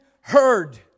heard